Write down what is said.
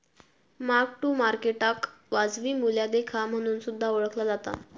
mark to मार्केटाक वाजवी मूल्या लेखा म्हणून सुद्धा ओळखला जाता